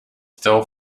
still